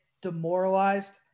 demoralized